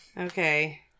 okay